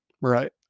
right